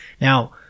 Now